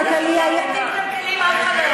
זה נראה כמו "לילה כלכלי" עכשיו.